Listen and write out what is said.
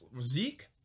Zeke